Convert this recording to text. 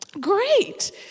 Great